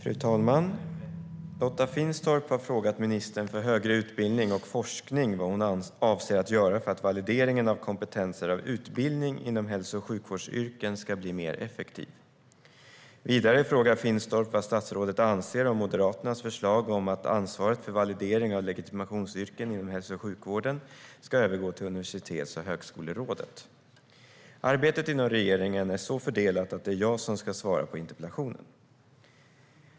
Fru talman! Lotta Finstorp har frågat ministern för högre utbildning och forskning vad hon avser att göra för att valideringen av kompetenser av utbildning inom hälso och sjukvårdsyrken ska bli mer effektiv. Vidare frågar Finstorp vad statsrådet anser om Moderaternas förslag om att ansvaret för validering av legitimationsyrken inom hälso och sjukvården ska övergå till Universitets och högskolerådet. Arbetet inom regeringen är så fördelat att det är jag som ska svara på interpellationen.